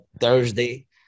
thursday